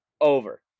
over